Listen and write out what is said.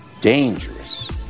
dangerous